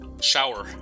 Shower